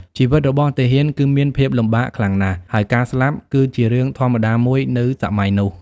ជីវិតរបស់ទាហានគឺមានភាពលំបាកខ្លាំងណាស់ ហើយការស្លាប់គឺជារឿងធម្មតាមួយនៅសម័យនោះ។